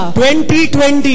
2020